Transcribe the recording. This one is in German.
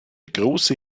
große